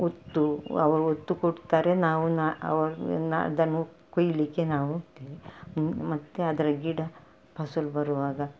ಉತ್ತು ಅವು ಉತ್ತು ಕೊಡ್ತಾರೆ ನಾವು ನಾ ಅವನ್ನು ನಾನು ಅದನ್ನು ಕೊಯ್ಲಿಕ್ಕೆ ನಾವು ಹೋಗ್ತೇವೆ ಮತ್ತೆ ಅದರ ಗಿಡ ಫಸಲು ಬರುವಾಗ